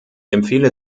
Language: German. empfehle